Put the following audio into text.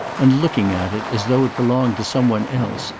and looking at it as though it belonged to some one else,